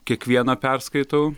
kiekvieną perskaitau